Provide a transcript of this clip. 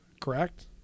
correct